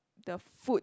the food